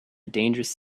dangerous